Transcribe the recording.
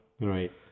Right